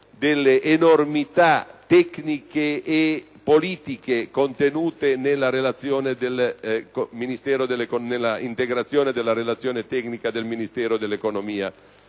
delle enormità tecniche e politiche contenute nella integrazione della relazione tecnica del Ministero dell'economia.